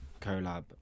collab